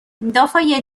دافای